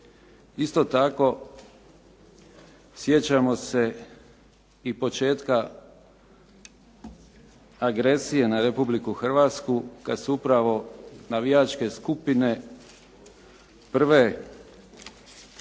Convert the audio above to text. Isto tako, sjećamo se i početka agresije na Republiku Hrvatsku kad su upravo navijačke skupine prve